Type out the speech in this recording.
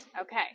Okay